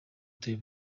uteye